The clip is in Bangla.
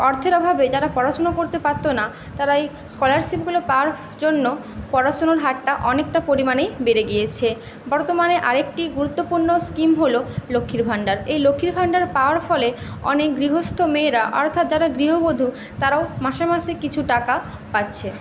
অর্থের অভাবে তারা পড়াশুনো করতে পারতো না তাই এই স্কলারশিপগুলোর পাওয়ার জন্য পড়াশুনোর হারটা অনেকটা পরিমাণেই বেড়ে গিয়েছে বর্তমানে আর একটি গুরুতপূর্ণ স্কিম হলো লক্ষ্মীর ভাণ্ডার এই লক্ষ্মীর ভাণ্ডার পাওয়ার ফলে অনেক গৃহস্থ মেয়েরা অর্থাৎ যারা গৃহবধূ তারাও মাসে মাসে কিছু টাকা পাচ্ছে